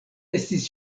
estis